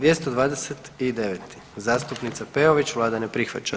229. zastupnica Peović, vlada ne prihvaća.